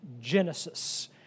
Genesis